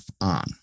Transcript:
on